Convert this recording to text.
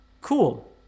Cool